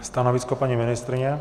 Stanovisko paní ministryně?